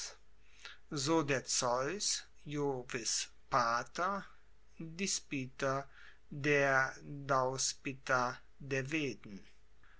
so der zeus jovis pater diespiter der djus pit der veden